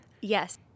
Yes